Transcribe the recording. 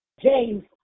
James